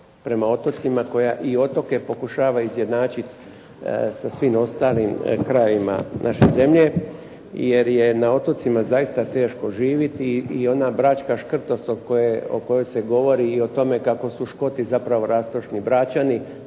prema otocima koja i otoke pokušava izjednačiti sa svim ostalim krajevima naše zemlje jer je na otocima zaista teško živjeti. I ona bračka škrtost o kojoj se govori i o tome kako su Škoti zapravo rastrošni Bračani,